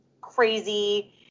crazy